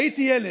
הייתי ילד,